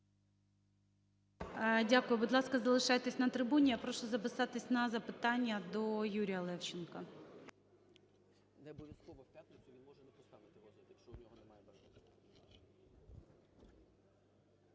Дякую. Будь ласка, залишайтесь на трибуні. Я прошу записатись на запитання до Юрія Левченка.